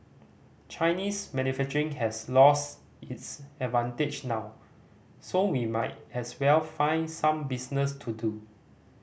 Chinese manufacturing has lost its advantage now so we might as well find some business to do